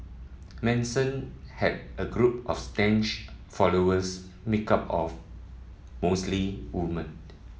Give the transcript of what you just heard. Manson had a group of staunch followers made up of mostly women